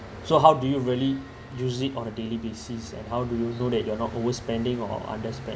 so how do you really use it on a daily basis and how do you know that you are not overspending or underspend